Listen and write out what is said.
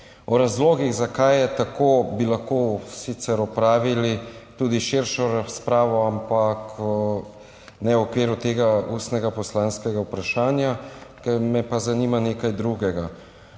O razlogih, zakaj je tako, bi lahko sicer opravili tudi širšo razpravo, ampak ne v okviru tega ustnega poslanskega vprašanja. Me pa zanima nekaj drugega.